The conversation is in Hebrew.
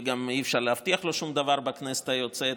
וגם אי-אפשר להבטיח לו שום דבר בכנסת היוצאת.